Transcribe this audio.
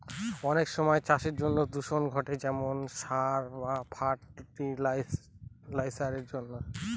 অনেক সময় চাষের জন্য দূষণ ঘটে যেমন সার বা ফার্টি লাইসারের জন্য